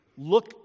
Look